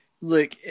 look